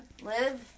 Live